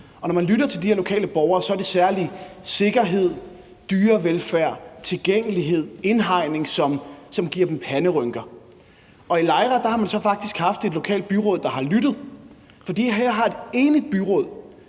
Og når man lytter til de her lokale borgere, er det særlig sikkerhed, dyrevelfærd, tilgængelighed og indhegning, der giver dem panderynker. I Lejre har man så faktisk haft et byråd, der har lyttet, for her har et enigt byråd,